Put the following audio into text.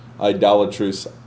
idolatrous